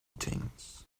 things